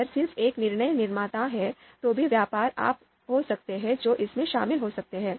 अगर सिर्फ एक निर्णय निर्माता है तो भी व्यापार अप हो सकते हैं जो इसमें शामिल हो सकते हैं